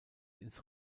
ins